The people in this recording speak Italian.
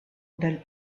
del